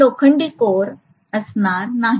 हे लोखंडी कोअर असणार नाही